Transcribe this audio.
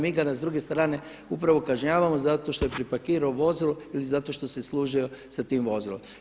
Mi ga s druge strane upravo kažnjavamo zato što je preparkirao vozilo ili zato što se služio sa tim vozilom.